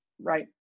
right